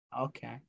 Okay